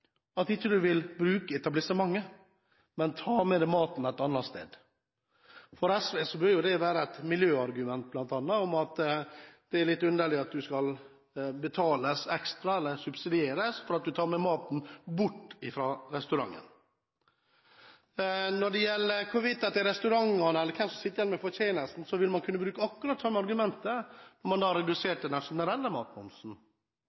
at man ikke vil bruke etablissementet, men tar med seg maten et annet sted. For SV bør jo dette være et miljøargument, bl.a. at det er litt underlig at man skal betales ekstra, eller subsidieres, for at man tar med maten bort fra restauranten. Når det gjelder hvorvidt det er restaurantene eller hvem det er som sitter igjen med fortjenesten, ville man kunne bruke akkurat det samme argumentet om man